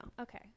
okay